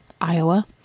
Iowa